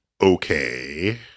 okay